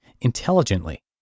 intelligently